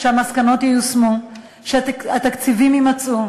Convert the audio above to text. שהמסקנות ייושמו, שהתקציבים יימצאו,